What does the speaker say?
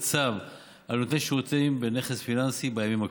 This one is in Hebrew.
צו על נותני שירותים בנכס פיננסי בימים הקרובים.